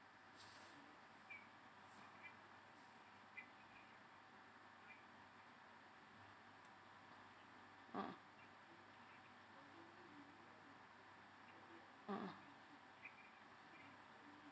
mm mmhmm